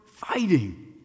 Fighting